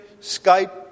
Skype